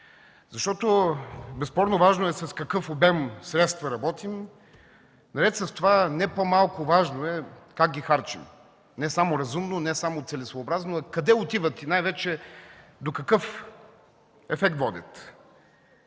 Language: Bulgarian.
защото безспорно важно е с какъв обем средства работим. Наред с това не по-малко важно е как ги харчим – не само разумно, не само целесъобразно, а къде отиват и най-вече до какъв ефект водят.